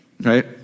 right